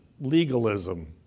legalism